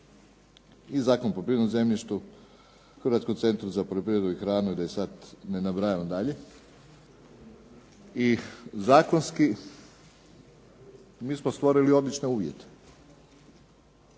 i Zakon o poljoprivrednom zemljištu, o Hrvatskom centru za poljoprivredu i hranu i da sd ne nabrajam dalje, i zakonski mi smo stvorili odlične uvjete.